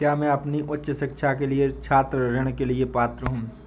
क्या मैं अपनी उच्च शिक्षा के लिए छात्र ऋण के लिए पात्र हूँ?